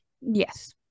yes